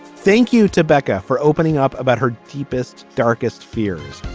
thank you to becca for opening up about her deepest darkest fears.